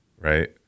Right